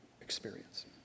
experience